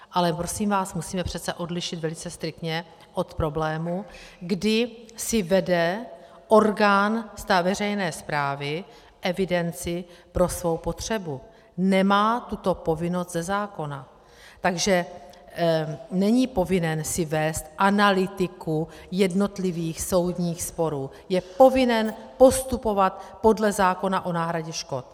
Ale prosím vás, musíme přece odlišit velice striktně od problému, kdy si vede orgán veřejné správy evidenci pro svou potřebu, nemá tuto povinnost ze zákona, takže není povinen si vést analytiku jednotlivých soudních sporů, je povinen postupovat podle zákona o náhradě škod.